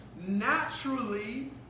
naturally